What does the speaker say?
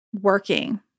working